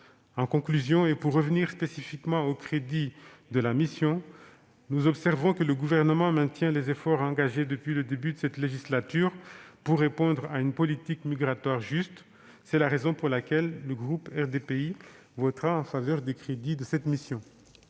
En conclusion, et pour revenir spécifiquement aux crédits de la mission, nous observons que le Gouvernement maintient les efforts engagés depuis le début de cette législature pour répondre à une politique migratoire juste. C'est la raison pour laquelle le groupe RDPI votera les crédits de cette mission.